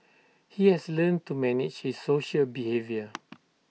he has learn to manage his social behaviour